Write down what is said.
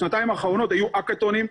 בשנתיים האחרונות היו האקתונים,